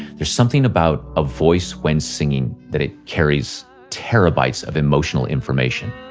there's something about a voice, when singing, that it carries terabytes of emotional information.